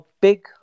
big